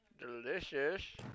Delicious